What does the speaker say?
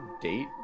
date